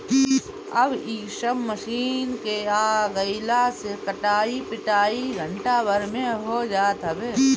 अब इ सब मशीन के आगइला से कटाई पिटाई घंटा भर में हो जात हवे